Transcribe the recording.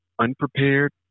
unprepared